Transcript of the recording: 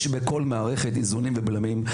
יש בכל מערכת איזונים ובלמים,